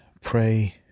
pray